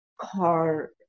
car